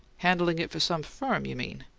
handlin' it for some firm, you mean?